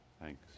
Thanks